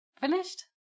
finished